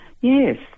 Yes